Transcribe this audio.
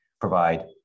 provide